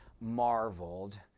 marveled